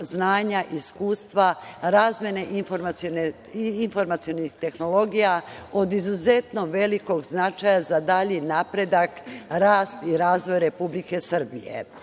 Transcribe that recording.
znanja, iskustva, razmene informacionih tehnologija od izuzetnog velikog značaja za dalji napredak, rast i razvoj Republike Srbije. Žuto